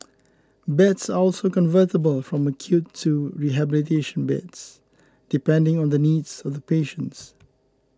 beds are also convertible from acute to rehabilitation beds depending on the needs of the patients